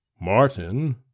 Martin